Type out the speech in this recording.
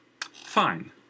Fine